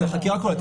זה חקירה כוללת.